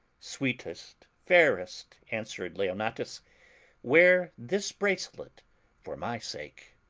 sweetest, fairest, answered leonatus, wear this bracelet for my sake.